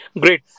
Great